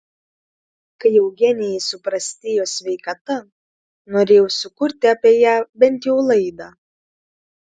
kai eugenijai suprastėjo sveikata norėjau sukurti apie ją bent jau laidą